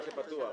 רק מה שסוכם.